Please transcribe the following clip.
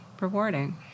rewarding